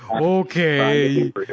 okay